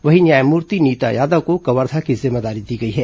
वहीं न्यायमूर्ति नीता यादव को कवर्धा की जिम्मेदारी दी गई है